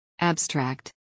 Abstract